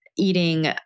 eating